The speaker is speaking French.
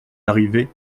larrivé